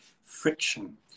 friction